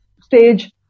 stage